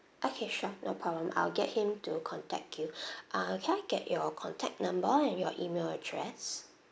okay sure no problem I'll get him to contact you uh can I get your contact number and your email address